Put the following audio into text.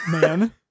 man